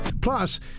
Plus